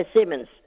Simmons